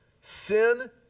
sin